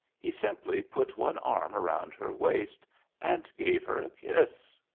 he simply put one arm round her waist and gave her a kiss!